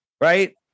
right